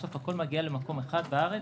בסוף הכול מגיע למקום אחד בארץ,